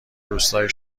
روستای